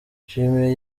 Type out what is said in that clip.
nshimiye